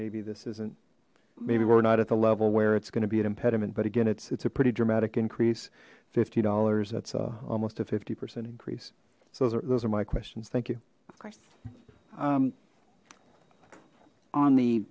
maybe this isn't maybe we're not at the level where it's going to be an impediment but again it's it's a pretty dramatic increase fifty dollars that's almost a fifty percent increase so those are my questions thank you on the